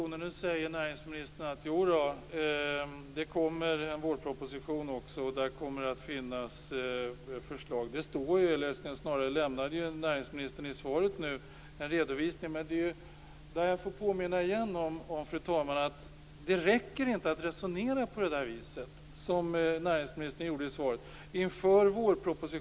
Nu säger näringsministern att det kommer att finnas förslag i vårpropositionen. Näringsministern lämnade en redovisning i svaret. Jag vill påminna om att det inte räcker att resonera på det sätt som näringsministern gör i svaret.